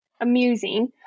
amusing